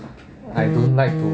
I don't like to